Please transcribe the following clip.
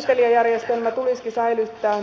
tämä esittelijäjärjestelmä tulisikin säilyttää